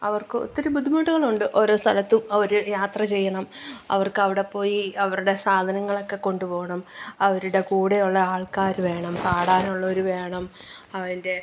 അവർക്കൊത്തിരി ബുദ്ധിമുട്ടുകളുണ്ട് ഓരോ സ്ഥലത്തും അവര് യാത്ര ചെയ്യണം അവർക്കവിടെ പോയി അവരുടെ സാധനങ്ങളൊക്കെ കൊണ്ട് പോകണം അവരുടെ കൂടെയുള്ള ആൾക്കാര് വേണം പാടാനുള്ളവര് വേണം അവൻ്റെ